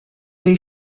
they